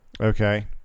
Okay